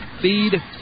Feed